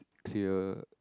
clear